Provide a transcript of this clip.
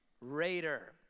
raider